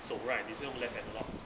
走 right 你是用 left analog